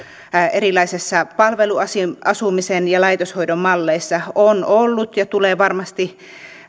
erilaisissa palveluasumisen ja laitoshoidon malleissa ollut ja tulee varmasti